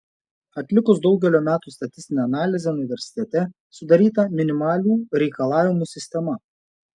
atlikus daugelio metų statistinę analizę universitete sudaryta minimalių reikalavimų sistema